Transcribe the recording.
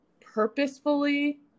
purposefully